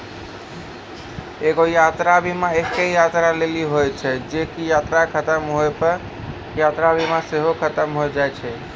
एगो यात्रा बीमा एक्के यात्रा लेली होय छै जे की यात्रा खतम होय पे यात्रा बीमा सेहो खतम होय जाय छै